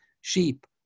Sheep